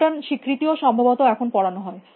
pattern স্বীকৃতি ও সম্ভবতঃ এখন পড়ানো হয়